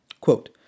quote